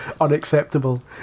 unacceptable